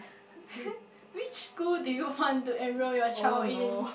which school do you want to enroll your child in